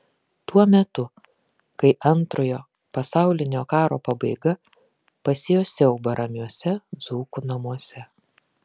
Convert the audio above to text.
tuo metu kai antrojo pasaulinio karo pabaiga pasėjo siaubą ramiuose dzūkų namuose